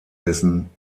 dessen